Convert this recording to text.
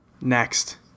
Next